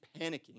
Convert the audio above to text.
panicking